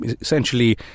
essentially